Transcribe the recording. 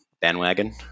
bandwagon